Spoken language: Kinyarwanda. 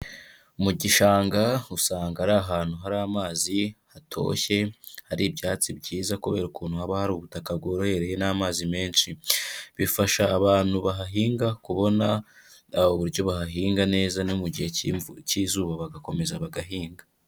Mu gishanga usanga ari ahantu hari amazi, hatoshye hari ibyatsi byiza kubera ukuntu haba hari ubutaka bworohereye n'amazi menshi. Bifasha abantu bahahinga kubona uburyo bahahinga neza, no mu gihe cy'izuba bagakomeza bagahinga.